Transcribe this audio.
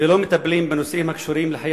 ולא מטפלים בנושאים הקשורים לחיי